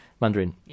Mandarin